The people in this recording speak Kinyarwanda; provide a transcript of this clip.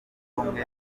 ubumwe